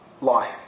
lie